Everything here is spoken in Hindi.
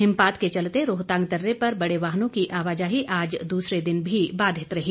हिमपात के चलते रोहतांग दर्रे पर बड़े वाहनों की आवाजाही आज दूसरे दिन भी बाधित रही